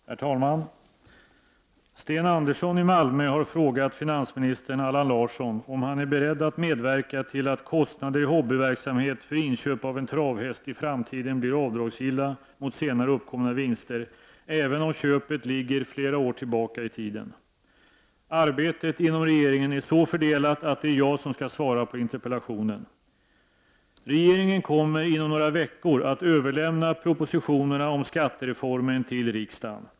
Herr talman! Sten Andersson i Malmö har frågat finansminister Allan Larsson om han är beredd att merverka till att kostnader i hobbyverksamhet för inköp av en travhäst i framtiden blir avdragsgilla mot senare uppkomna vinster, även om köpet ligger flera år tillbaka i tiden. Arbetet inom regeringen är så fördelat att det är jag som skall svara på interpellationen. Regeringen kommer inom några veckor att överlämna propositionerna om skattereformen till riksdagen.